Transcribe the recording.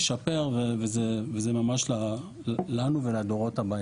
לשפר לנו ולדורות הבאים.